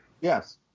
Yes